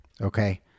Okay